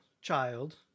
child